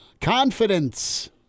confidence